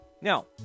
Now